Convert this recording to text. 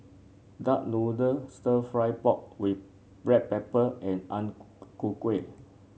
Duck Noodle stir fry pork with Black Pepper and Ang Ku Kueh